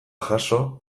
jaso